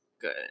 good